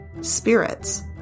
spirits